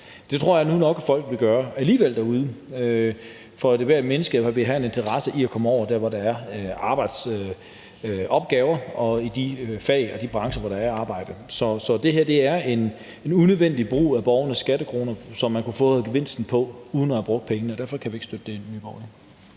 det tror jeg nu nok at folk derude vil gøre alligevel, for ethvert menneske vil have en interesse i at komme over i de fag og brancher, hvor der er arbejde. Så det her er en unødvendig brug af borgernes skattekroner, som man kunne have fået gevinsten af uden at bruge pengene, og derfor kan vi ikke støtte det i Nye Borgerlige.